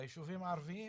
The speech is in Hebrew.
ביישובים הערבים,